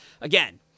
Again